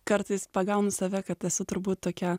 kartais pagaunu save kad esu turbūt tokia